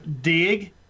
Dig